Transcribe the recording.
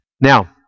Now